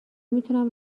میتونم